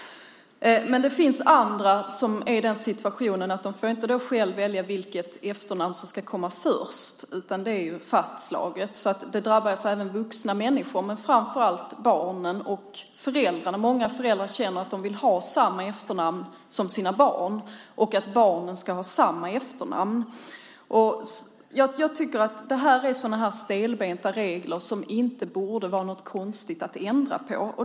Men det finns andra som är i en situation där de inte själva får välja vilket efternamn som ska komma först. Det är redan fastslaget. Den nuvarande namnlagen drabbar alltså även vuxna människor men framför allt barnen. Många föräldrar känner också att de vill ha samma efternamn som sina barn och att barnen ska ha samma efternamn. Det är sådana stelbenta regler som det inte borde vara konstigt att ändra på.